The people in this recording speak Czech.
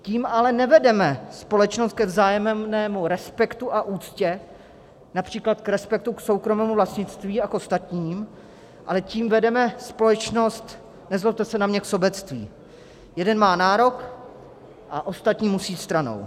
Tím ale nevedeme společnost ke vzájemnému respektu a úctě, například k respektu k soukromému vlastnictví a ostatním, ale tím vedeme společnost, nezlobte se na mě, k sobectví jeden má nárok a ostatní musí stranou.